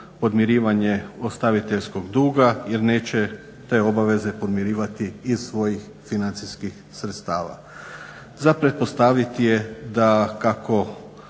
podmirivanje ostaviteljskog duga jer neće te obaveze podmirivati iz svojih financijskih sredstava. Za pretpostaviti je da kako